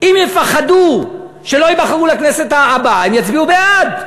אם יפחדו שלא ייבחרו לכנסת הבאה, הם יצביעו בעד.